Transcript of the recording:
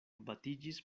batiĝis